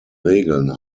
regeln